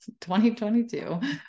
2022